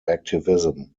activism